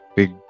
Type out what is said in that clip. Big